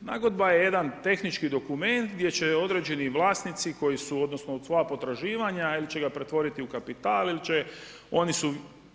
Nagodba je jedan tehnički dokument gdje će određeni vlasnici koji su odnosno svoja potraživanja ili će ga pretvoriti u kapital ili će oni